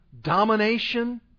domination